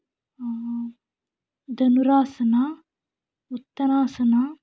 Dhanurasana Uttanasana